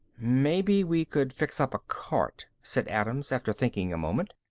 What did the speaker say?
maybe we could fix up a cart, said adams, after thinking a moment.